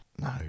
No